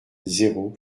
zéro